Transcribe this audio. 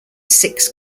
six